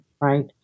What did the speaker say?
right